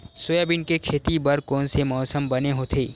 Soybean के खेती बर कोन से मौसम बने होथे?